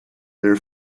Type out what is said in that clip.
their